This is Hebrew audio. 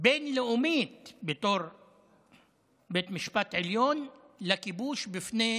בין-לאומית בתור בית משפט עליון לכיבוש בפני